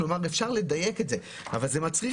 כלומר אפשר לדייק את זה אבל זה מצריך